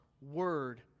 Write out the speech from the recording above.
Word